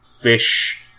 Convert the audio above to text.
fish